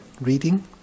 reading